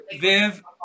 Viv